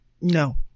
No